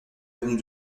avenue